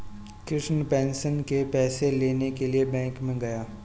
Krishna pension के पैसे लेने के लिए बैंक में गया